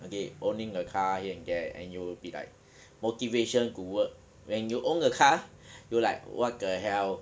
okay owning a car here and there and you'll be like motivation to work when you own a car you will like what the hell